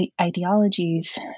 ideologies